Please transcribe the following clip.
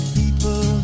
people